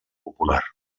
popular